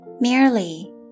merely